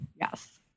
Yes